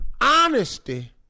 Honesty